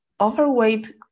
overweight